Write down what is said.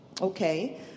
Okay